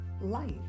life